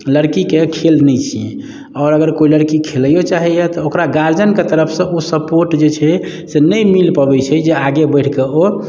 लड़कीके खेल नहि छियै आओर अगर कोइ लड़की खेलैयो चाहैए तऽ ओकरा गार्जियनके तरफसँ ओ सपोर्ट जे छै से नहि मिल पबैत छै जे आगे बढ़ि कऽ ओ